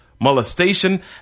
molestation